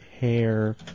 hair